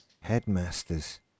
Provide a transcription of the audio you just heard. Headmasters